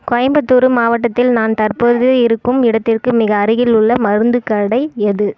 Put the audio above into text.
கோயம்புத்தூர் மாவட்டத்தில் நான் தற்போது இருக்கும் இடத்திற்கு மிக அருகில் உள்ள மருந்துக் கடை எது